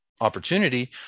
opportunity